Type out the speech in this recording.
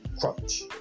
Crunch